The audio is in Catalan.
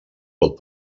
pot